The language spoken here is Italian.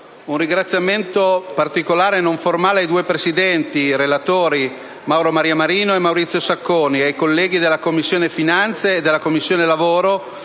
un ringraziamento particolare e non formale ai due Presidenti relatori - Mauro Maria Marino e Maurizio Sacconi - e ai colleghi della Commissione finanze e della Commissione lavoro